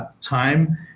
time